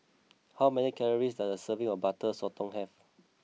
how many calories does a serving of Butter Sotong have